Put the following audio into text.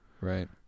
Right